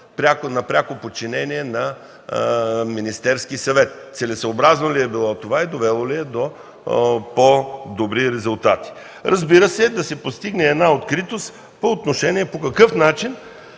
на пряко подчинение на Министерския съвет – целесъобразно ли е било това и довело ли е до по-добри резултати. Да се постигне една откритост по отношение на това по какъв начин